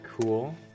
cool